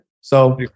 So-